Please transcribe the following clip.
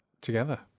together